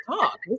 talk